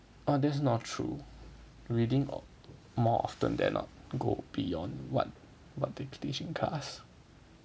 oh that's not true reading more more often than not go beyond what they teach in class